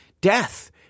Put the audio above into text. death